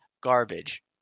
garbage